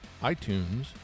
iTunes